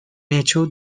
hecho